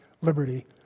liberty